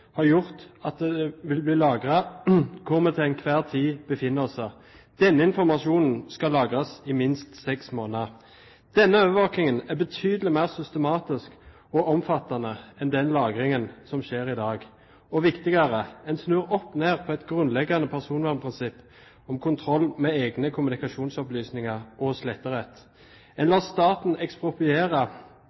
har gjort at det vil bli lagret hvor vi til enhver tid befinner oss. Denne informasjonen skal lagres i minst seks måneder. Denne overvåkingen er betydelig mer systematisk og omfattende enn den lagringen som skjer i dag – og viktigere: Man snur opp ned på et grunnleggende personvernprinsipp om kontroll med egne kommunikasjonsopplysninger og sletterett. Man lar staten ekspropriere